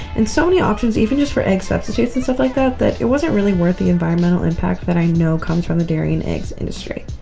and so many options even just for egg substitutes and stuff like that that it wasn't really worth the environmental impact that i know comes from the dairy and eggs industry.